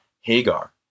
Hagar